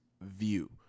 view